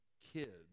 Kids